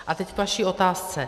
A teď k vaší otázce.